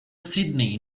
sydney